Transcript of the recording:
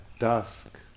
dusk